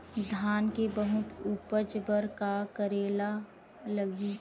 धान के बहुत उपज बर का करेला लगही?